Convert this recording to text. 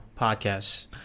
podcasts